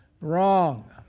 Wrong